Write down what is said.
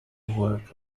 work